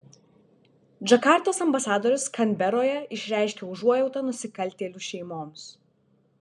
džakartos ambasadorius kanberoje išreiškė užuojautą nusikaltėlių šeimoms